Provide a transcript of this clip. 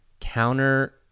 counter